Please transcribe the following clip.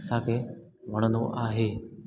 असांखे वणंदो आहे